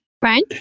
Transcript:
Brian